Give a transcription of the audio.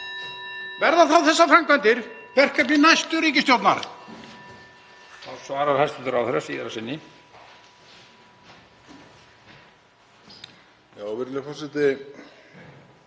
Verða þá þessar framkvæmdir verkefni næstu ríkisstjórnar?